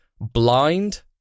blind